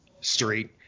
street